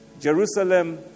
Jerusalem